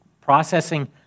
processing